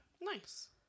Nice